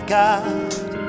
God